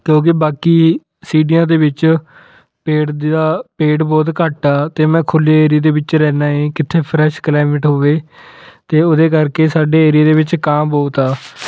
ਕਿਉਂਕਿ ਬਾਕੀ ਸੀਟੀਆਂ ਦੇ ਵਿੱਚ ਪੇੜ ਦਾ ਪੇੜ ਬਹੁਤ ਘੱਟ ਆ ਅਤੇ ਮੈਂ ਖੁੱਲ੍ਹੇ ਏਰੀਏ ਦੇ ਵਿੱਚ ਰਹਿੰਦਾ ਏ ਕਿੱਥੇ ਫਰੈਸ਼ ਕਲੈਮਿਟ ਹੋਵੇ ਅਤੇ ਉਹਦੇ ਕਰਕੇ ਸਾਡੇ ਏਰੀਏ ਦੇ ਵਿੱਚ ਕਾਂ ਬਹੁਤ ਆ